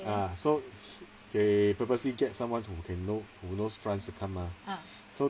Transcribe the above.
ah so they purposely get someone who can know who knows france to come mah